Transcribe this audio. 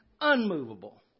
unmovable